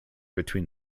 between